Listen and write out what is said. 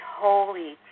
holy